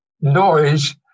noise